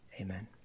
amen